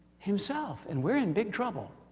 himself and we're in big trouble.